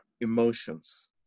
emotions